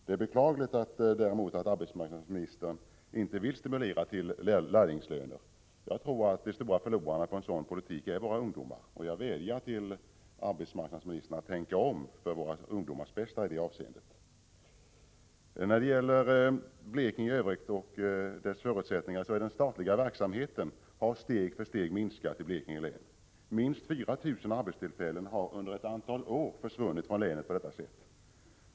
Det är emellertid beklagligt att arbetsmarknadsministern inte vill stimulera till lärlingslöner. Jag tror att de stora förlorarna på en sådan politik är våra ungdomar. Jag vädjar till arbetsmarknadsministern att för våra ungdomars bästa tänka om i det avseendet. När det i övrigt gäller Blekinge län och dess förutsättningar vill jag säga att den statliga verksamheten steg för steg har minskat. Minst 4 000 arbetstillfällen har därigenom försvunnit från länet under ett antal år.